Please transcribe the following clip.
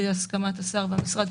בהסכמת השר במשרד,